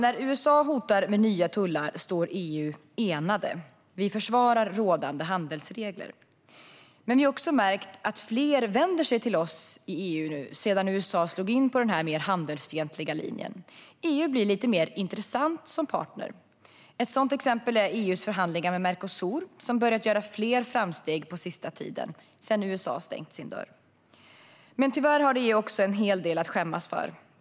När USA hotar med nya tullar står vi i EU enade. Vi försvarar rådande handelsregler. Vi har också märkt att fler nu vänder sig till oss i EU, sedan USA slog in på den mer handelsfientliga linjen. EU blir lite mer intressant som partner. Ett sådant exempel är EU:s förhandlingar med Mercosur, där fler framsteg börjat göras på sista tiden, sedan USA stängt sin dörr. Men tyvärr har EU också en hel del att skämmas för.